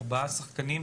ארבעה שחקנים,